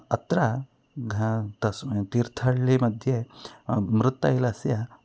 अत्र घा तस्मिन् तीर्थहळ्ळिमध्ये मृत् तैलस्य